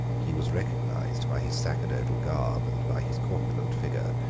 he was recognised by his sacerdotal garb and by his corpulent figure,